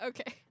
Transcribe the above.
Okay